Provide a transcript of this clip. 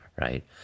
Right